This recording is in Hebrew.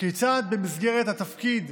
כיצד במסגרת התפקיד,